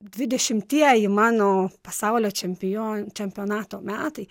dvidešimtieji mano pasaulio čempion čempionato metai